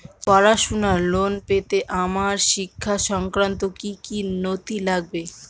পড়াশুনোর লোন পেতে আমার শিক্ষা সংক্রান্ত কি কি নথি লাগবে?